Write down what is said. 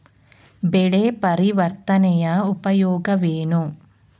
ಬೆಳೆ ಪರಿವರ್ತನೆಯ ಉಪಯೋಗವೇನು?